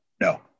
No